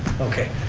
okay.